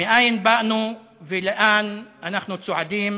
מאין באנו ולאן אנחנו צועדים.